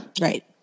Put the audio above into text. Right